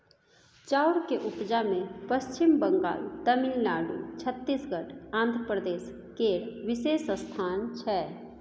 चाउर के उपजा मे पच्छिम बंगाल, तमिलनाडु, छत्तीसगढ़, आंध्र प्रदेश केर विशेष स्थान छै